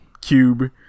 cube